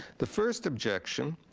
the first objection,